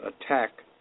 attack